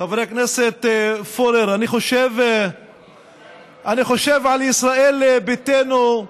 חבר הכנסת פורר, אני חושב על ישראל ביתנו,